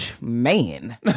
Man